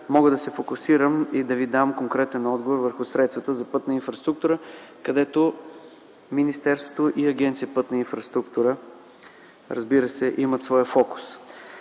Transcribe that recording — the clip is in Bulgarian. мога да се фокусирам и да Ви дам конкретен отговор върху средствата за пътна инфраструктура, където министерството и Агенция „Пътна инфраструктура”, разбира се, имат своя фокус.